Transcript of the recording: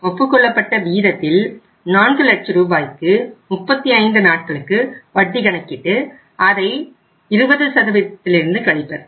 ஒப்புக்கொள்ளப்பட்ட வீதத்தில் 4 லட்ச ரூபாய்க்கு 35 நாட்களுக்கு வட்டி கணக்கிட்டு அதை 20 சதவீதத்தில் இருந்து கழிப்பர்